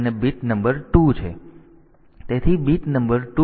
તેથી bit number 2 આપણે access કરવા માંગીએ છીએ